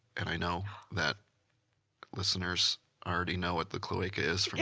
and i know that listeners already know what the cloaca is from